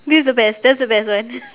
this is the best that's the best one